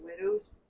widow's